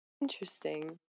Interesting